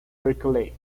berkeley